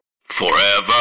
Forever